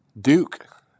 Duke